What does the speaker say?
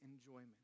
enjoyment